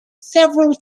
several